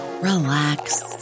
relax